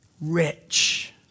Rich